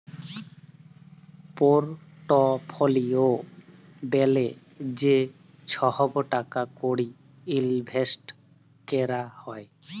portfolio ব্যলে যে ছহব টাকা কড়ি ইলভেসট ক্যরা হ্যয়